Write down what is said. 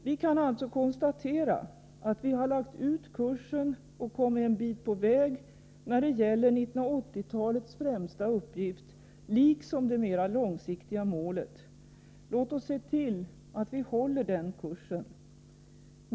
Vi kan alltså konstatera att vi har lagt ut kursen och kommit en bit på väg när det gäller 1980-talets främsta uppgift liksom det mera långsiktiga målet. Låt oss se till att vi håller den kursen!